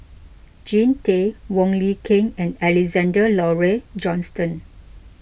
Jean Tay Wong Lin Ken and Alexander Laurie Johnston